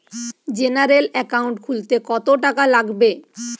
General account খুলতে কত টাকা লাগবে?